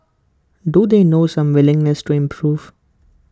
do they know some willingness to improve